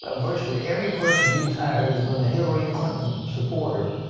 ah virtually every person he has hired has been a hillary clinton supporter.